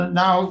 now